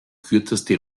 kürzeste